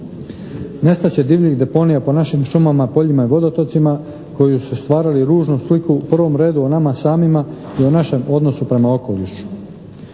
Nestat će divljih deponija po našim šumama, poljima i vodotocima koji su stvarali ružnu sliku u prvom redu o nama samima i o našem odnosu prema okolišu.